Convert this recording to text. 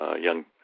young